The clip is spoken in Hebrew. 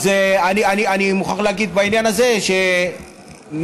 אני מוכרח להגיד בעניין הזה שנראה,